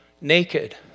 naked